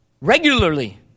regularly